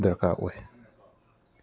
ꯗꯔꯀꯥꯔ ꯑꯣꯏ